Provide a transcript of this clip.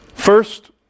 First